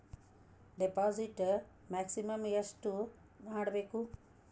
Deposit maximum ಎಷ್ಟು ಮಾಡಬೇಕು?